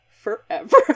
forever